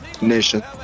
Nation